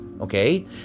okay